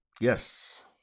Yes